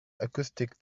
acoustics